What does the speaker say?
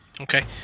okay